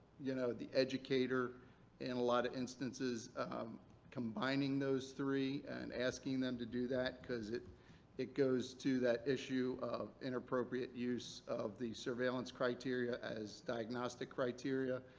you know, the educator in a lot of instances combining those three and asking them to do that, because it it goes to that issue of inappropriate use of the surveillance criteria as diagnostic criteria.